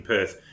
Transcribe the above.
Perth